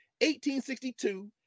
1862